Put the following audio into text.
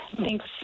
Thanks